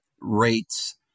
rates